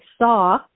saw